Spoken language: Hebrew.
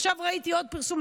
עכשיו ראיתי עוד פרסום,